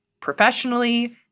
professionally